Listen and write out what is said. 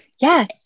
Yes